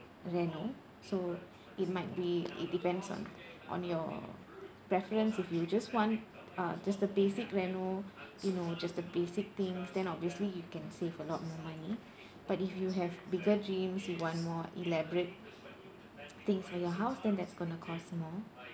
reno so it might be it depends on on your preference if you just want uh just the basic reno you know just the basic things then obviously you can save a lot more money but if you have bigger dreams you want more elaborate things for your house then that's going to cost more